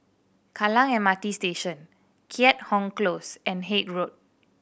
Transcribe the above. Kallang M R T Station Keat Hong Close and Haig Road